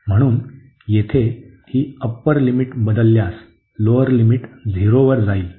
म्हणून येथे ही अप्पर लिमिट बदलल्यास लोअर लिमिट 0 वर जाईल